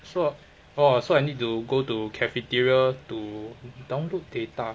so I orh so I need to go to cafeteria to download data